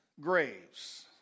graves